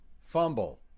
fumble